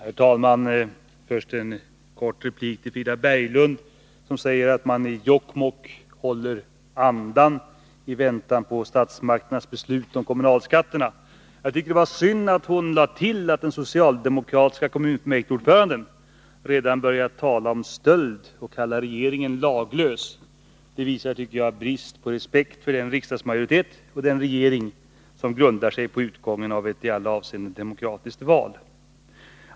Herr talman! Först en kort replik till Frida Berglund, som säger att man i Jokkmokk håller andan i väntan på statsmakternas beslut om kommunalskatterna. Jag tycker det var synd att hon tillade att den socialdemokratiske kommunfullmäktigeordföranden redan börjat tala om stöld och kalla regeringen laglös. Det visar, tycker jag, brist på respekt för den riksdagsmajoritet och den regering som grundar sig på utgången av ett i alla avseenden demokratiskt val.